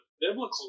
biblical